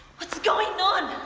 what's going on?